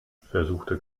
versuchte